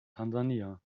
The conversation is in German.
tansania